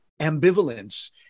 ambivalence